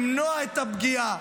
למנוע את הפגיעה.